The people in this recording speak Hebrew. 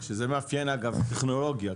שזה מאפיין טכנולוגיות,